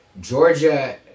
Georgia